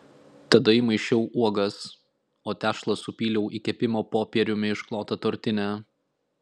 tada įmaišiau uogas o tešlą supyliau į kepimo popieriumi išklotą tortinę